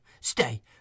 stay